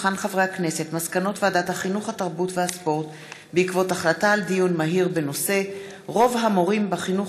כהן ויפעת שאשא ביטון בנושא: רוב המורים בחינוך